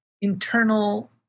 internal